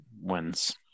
wins